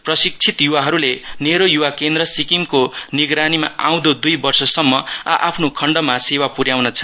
प्रशिक्षित युवाहरूले नेहरू युवा केन्द्र विक्किमको निगरानीमा आउँदो दुई वर्षसम्म आ आफ्नो खण्डमा सेवा पुन्याउने छन्